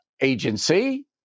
agency